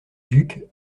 duc